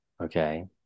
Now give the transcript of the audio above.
okay